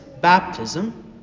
baptism